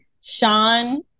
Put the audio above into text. Sean